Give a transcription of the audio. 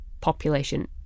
population